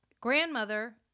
grandmother